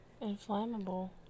inflammable